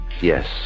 Yes